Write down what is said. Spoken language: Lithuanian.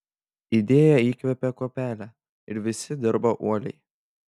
idėja įkvėpė kuopelę ir visi dirbo uoliai